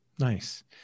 Nice